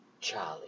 Charlie